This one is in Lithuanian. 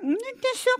nu tiesiog